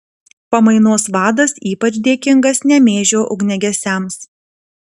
pamainos vadas ypač dėkingas nemėžio ugniagesiams